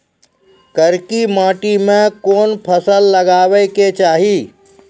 करकी माटी मे कोन फ़सल लगाबै के चाही?